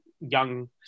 young